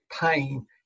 pain